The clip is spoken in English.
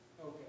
Okay